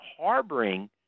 harboring